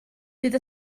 bydd